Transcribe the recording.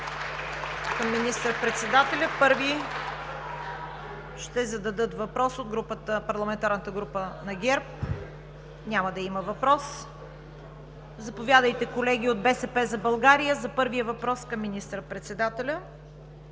към министър-председателя. Първи ще зададат въпрос от парламентарната група на ГЕРБ. Няма да има въпрос. Заповядайте, колеги от „БСП за България“, за първия въпрос към министър-председателя.